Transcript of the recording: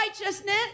righteousness